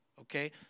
Okay